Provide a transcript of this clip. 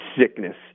sickness